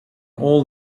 all